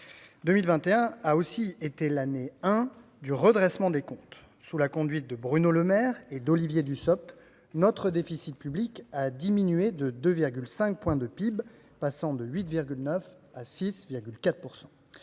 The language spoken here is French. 2021 a aussi été l'an un du redressement des comptes. Sous la conduite de Bruno Le Maire et d'Olivier Dussopt, notre déficit public a diminué de 2,5 points de PIB, passant de 8,9 % à 6,4 %.